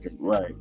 right